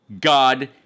God